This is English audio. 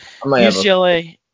UCLA